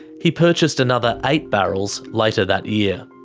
he purchased another eight barrels later that year.